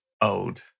old